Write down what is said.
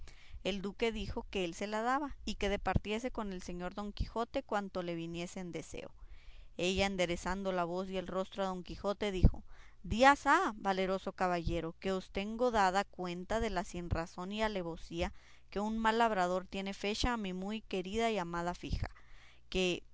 el duque dijo que él se la daba y que departiese con el señor don quijote cuanto le viniese en deseo ella enderezando la voz y el rostro a don quijote dijo días ha valeroso caballero que os tengo dada cuenta de la sinrazón y alevosía que un mal labrador tiene fecha a mi muy querida y amada fija que